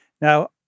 Now